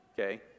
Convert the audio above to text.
okay